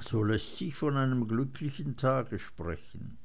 so läßt sich von einem glücklichen tage sprechen